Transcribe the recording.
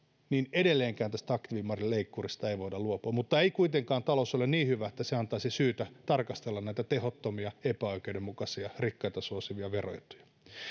edelleenkään tästä aktiivimallileikkurista ei voida luopua mutta ei kuitenkaan talous ole niin hyvä että se antaisi syytä tarkastella näitä tehottomia epäoikeudenmukaisia rikkaita suosivia veroetuja